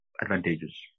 advantages